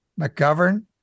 McGovern